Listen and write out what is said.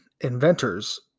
inventors